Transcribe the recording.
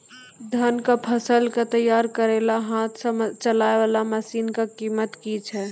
धान कऽ फसल कऽ तैयारी करेला हाथ सऽ चलाय वाला मसीन कऽ कीमत की छै?